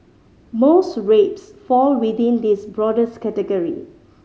most rapes fall within this broadest category